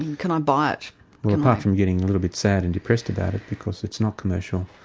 and can i buy it? well apart from getting a little bit sad and depressed about it because it's not commercial,